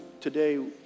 today